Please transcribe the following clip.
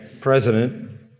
president